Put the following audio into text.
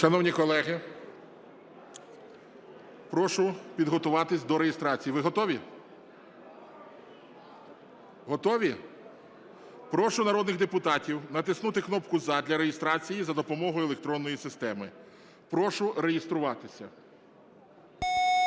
Шановні колеги, прошу підготуватись до реєстрації. Ви готові? Готові? Прошу народних депутатів натиснути кнопку "за" для реєстрації за допомогою електронної системи. Прошу реєструватись.